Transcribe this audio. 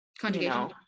conjugation